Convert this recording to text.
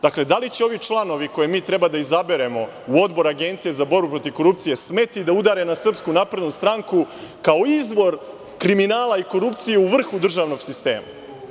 Dakle, da li će ovi članovi, koje mi treba da izaberemo u Odbor Agencije za borbu protiv korupcije, smesti da udare na SNS kao izvor kriminala i korupcije u vrhu držanog sistema.